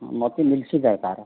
ମୋତେ ମିଲ୍କ ଦରକାର